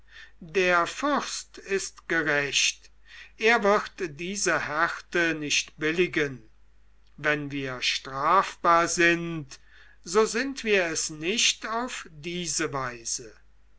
der fürst ist gerecht er wird diese härte nicht billigen wenn wir strafbar sind so sind wir es nicht auf diese weise